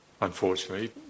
unfortunately